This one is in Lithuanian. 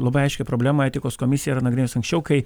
labai aiškią problemą etikos komisija yra nagrinėjus anksčiau kai